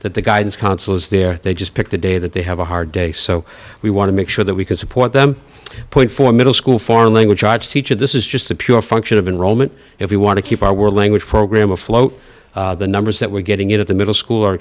that the guidance counselor's there they just pick the day that they have a hard day so we want to make sure that we can support them point for middle school foreign language arts teacher this is just a pure function of enrollment if you want to keep our world language program afloat the numbers that we're getting in at the middle school